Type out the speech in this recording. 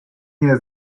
nie